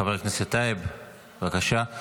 חבר הכנסת טייב, בבקשה.